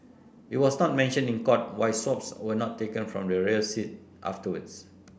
it was not mentioned in court why swabs were not taken from the rear seat afterwards